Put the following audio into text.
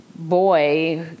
Boy